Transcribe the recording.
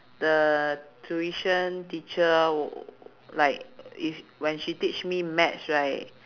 the tuition teacher w~ like if when she teach me maths right